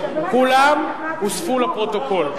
כולם הוספו לפרוטוקול,